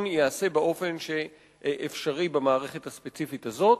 ייעשה באופן שאפשרי במערכת הספציפית הזאת.